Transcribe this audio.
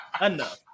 Enough